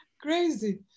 crazy